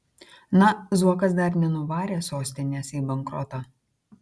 na zuokas dar nenuvarė sostinės į bankrotą